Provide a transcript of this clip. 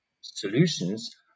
solutions